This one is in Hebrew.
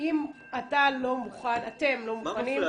אם אתם לא מוכנים